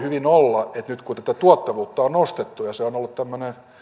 hyvin olla että nyt kun tuottavuutta on nostettu ja se on ollut